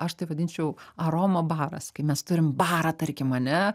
aš tai vadinčiau aromabaras kai mes turim barą tarkim ane